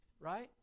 Right